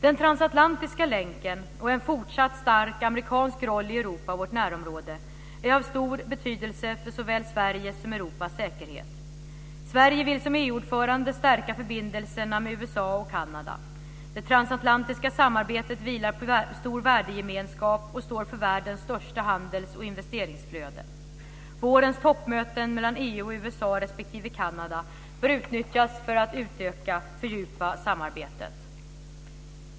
Den transatlantiska länken, och en fortsatt stark amerikansk roll i Europa och i vårt närområde, är av stor betydelse för såväl Sveriges som Europas säkerhet. Sverige vill som EU-ordförande stärka förbindelserna med USA och Kanada. Det transatlantiska samarbetet vilar på stor värdegemenskap och står för världens största handels och investeringsflöde. Vårens toppmöten mellan EU och USA respektive Kanada bör utnyttjas för att fördjupa samarbetet.